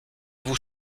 vous